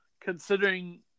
considering